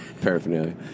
paraphernalia